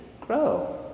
grow